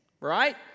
right